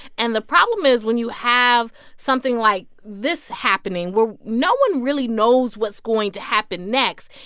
and the problem is when you have something like this happening, where no one really knows what's going to happen next,